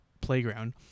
playground